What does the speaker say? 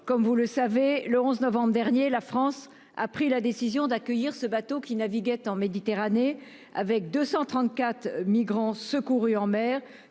Comme vous le savez, le 11 novembre dernier, la France a pris la décision d'accueillir ce bateau qui naviguait en Méditerranée, avec à son bord 234 migrants secourus en mer